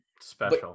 special